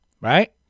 right